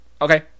okay